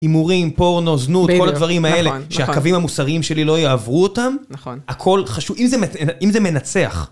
הימורים, פורנו, זנות, כל הדברים האלה, שהקווים המוסריים שלי לא יעברו אותם. נכון. הכל חשוב, אם זה מנצח.